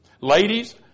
Ladies